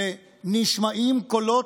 ונשמעים קולות,